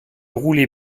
roulait